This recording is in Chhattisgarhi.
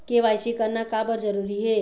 के.वाई.सी करना का बर जरूरी हे?